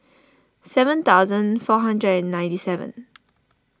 seven thousand four hundred and ninety seven